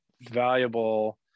valuable